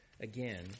again